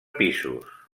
pisos